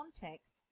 context